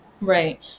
right